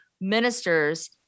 ministers